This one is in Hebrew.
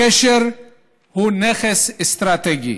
הקשר הוא נכס אסטרטגי.